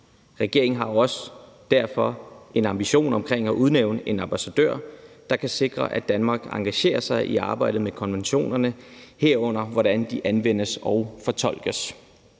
Regeringen har derfor også en ambition om at udnævne en ambassadør, der kan sikre, at Danmark engagerer sig i arbejdet med konventionerne, herunder hvordan de anvendes og fortolkes.